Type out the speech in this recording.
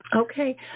Okay